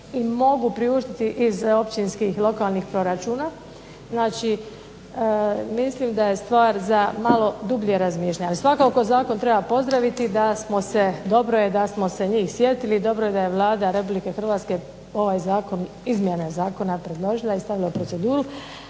im mogu priuštiti iz općinskih lokalnih proračuna. Znači, mislim da je stvar za malo dublje razmišljanje. Svakako zakon treba pozdraviti, dobro je da smo se njih sjetili i dobro je da je Vlada Republike Hrvatske ovaj zakon, izmjene zakona predložila i stavila u proceduru.